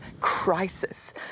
crisis